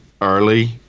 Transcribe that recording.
early